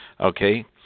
Okay